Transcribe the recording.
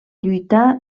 lluità